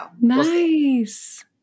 nice